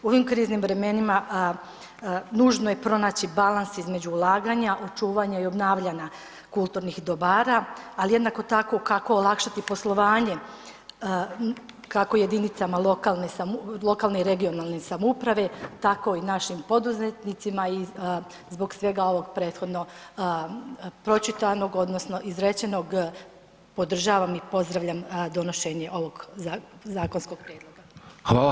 U ovim kriznim vremenima nužno je pronaći balans između ulaganja, očuvanja i obnavljanja kulturnih dobara, ali jednako tako kako olakšati poslovanje, kako jedinicama lokalne, lokalne i regionalne samouprave tako i našim poduzetnicima i zbog svega ovog prethodno pročitanog odnosno izrečenog podržavam i pozdravljam donošenje ovog zakonskog prijedloga.